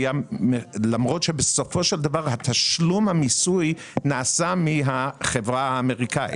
למרות שבסופו של דבר תשלום המיסוי נעשה מהחברה הזרה.